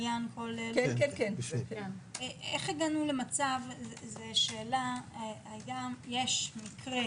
איך הגענו למצב היה מקרה